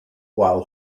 while